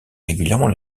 régulièrement